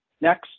Next